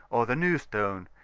or the new stone,